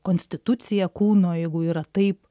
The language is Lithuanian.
konstituciją kūno jeigu yra taip